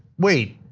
wait,